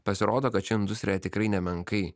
pasirodo kad ši industrija tikrai nemenkai